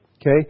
Okay